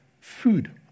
food